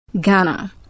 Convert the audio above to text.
Ghana